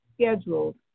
scheduled